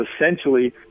essentially